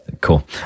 cool